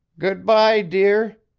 good-by, dear,